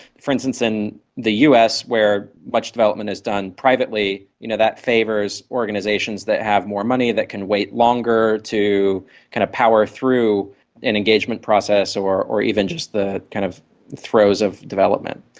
for instance, in the us where much development is done privately, you know that favours organisations that have more money, that can wait longer to kind of power through an engagement process or or even just the kind of throes of development.